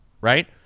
right